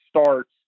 starts